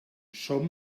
som